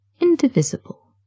indivisible